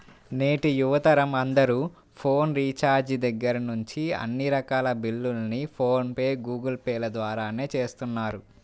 నేటి యువతరం అందరూ ఫోన్ రీఛార్జి దగ్గర్నుంచి అన్ని రకాల బిల్లుల్ని ఫోన్ పే, గూగుల్ పే ల ద్వారానే చేస్తున్నారు